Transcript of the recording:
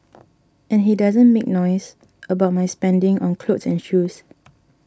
and he doesn't make noise about my spending on clothes and shoes